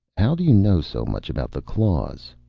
how do you know so much about the claws?